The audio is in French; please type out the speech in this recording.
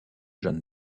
jeanne